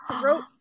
throat